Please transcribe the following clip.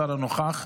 הנוכח,